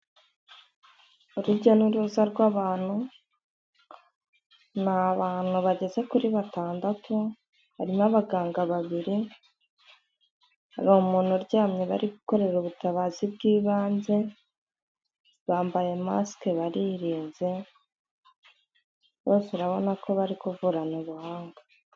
Urujya n'uruza rw'abantu, ni abantu bageze kuri batandatu, harimo abaganga babiri, hari umuntu uryamye bari gukorera ubutabazi bw'ibanze, bambaye masike baririnze, bose urabona ko bari kuvurana ubuhanga.